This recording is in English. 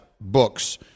books